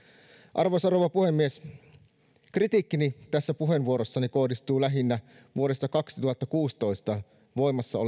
arvoisa rouva puhemies kritiikkini tässä puheenvuorossani kohdistuu lähinnä vuodesta kaksituhattakuusitoista voimassa